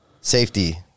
safety